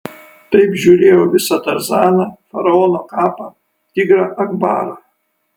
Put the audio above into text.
taip žiūrėjau visą tarzaną faraono kapą tigrą akbarą